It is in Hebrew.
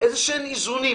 איזה איזונים.